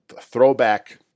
throwback